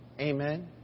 Amen